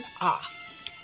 off